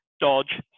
dodge